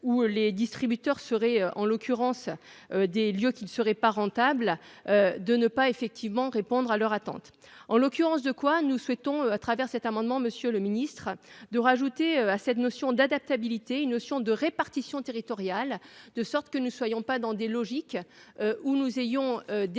où les distributeurs seraient en l'occurrence. Des lieux qui ne serait pas rentable. De ne pas effectivement répondre à leur attente. En l'occurrence de quoi nous souhaitons à travers cet amendement. Monsieur le Ministre de rajouter à cette notion d'adaptabilité une notion de répartition territoriale de sorte que nous soyons pas dans des logiques. Où nous ayons des